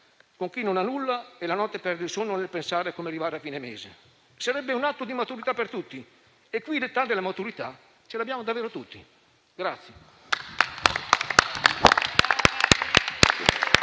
con chi non ha nulla e la notte perde il sonno pensando a come arrivare a fine mese. Sarebbe un atto di maturità per tutti e qui l'età della maturità ce l'abbiamo davvero tutti.